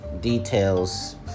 details